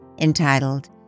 entitled